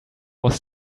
was